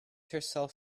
herself